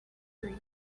grief